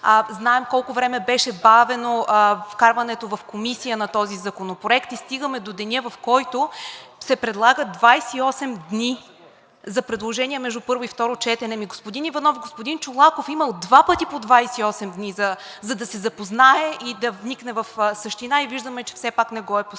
знаем колко време беше бавено вкарването в Комисията на този законопроект и стигаме до деня, в който се предлагат 28 дни за предложения между първо и второ четене. Ами, господин Иванов, господин Чолаков е имал два пъти по 28 дни да се запознае и да вникне в същина и виждаме, че все пак не го е постигнал.